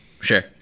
Sure